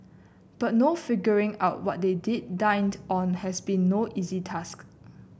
but figuring out what they did dined on has been no easy task